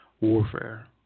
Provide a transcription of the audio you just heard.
warfare